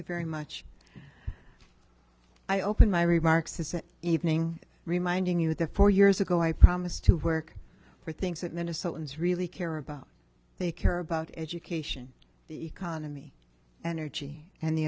you very much i open my remarks as an evening of reminding you of the four years ago i promised to work for things that minnesotans really care about they care about education the economy and energy and the